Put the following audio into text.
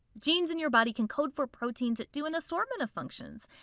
genes in your body can code for proteins that do an assortment of functions,